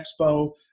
Expo